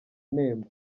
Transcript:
nemba